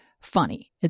funny